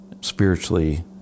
spiritually